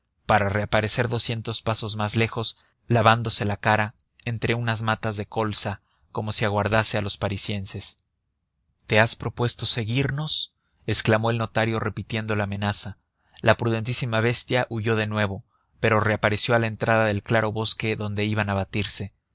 para reaparecer doscientos pasos más lejos lavándose la cara entre unas matas de colsa como si aguardase a los parisienses te has propuesto seguirnos exclamó el notario repitiendo la amenaza la prudentísima bestia huyó de nuevo pero reapareció a la entrada del claro del bosque donde iban a batirse